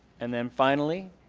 and um finally,